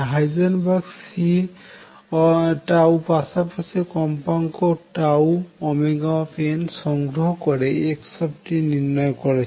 Heisenberg Cপাশাপাশি কম্পাঙ্ক τωn সংগ্রহ করে x নির্ণয় করেছেন